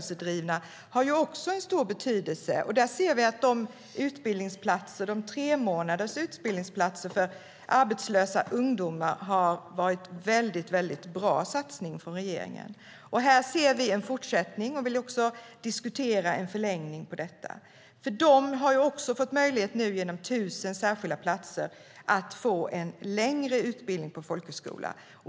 Här ser vi en fortsättning, och vi vill också diskutera en förlängning av detta.